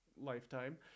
lifetime